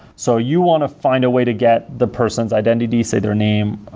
so you want to find a way to get the person's identity, say, their name,